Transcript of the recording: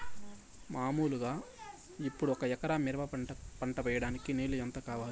మామూలుగా ఇప్పుడు ఒక ఎకరా మిరప పంట వేయడానికి నీళ్లు ఎంత కావాలి?